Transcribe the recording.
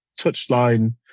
touchline